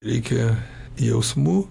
reikia jausmų